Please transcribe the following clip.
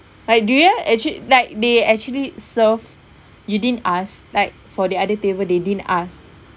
like do you actually like they actually served you didn't ask like for the other table they didn't ask